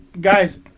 guys